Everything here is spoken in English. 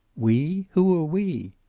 we? who are we?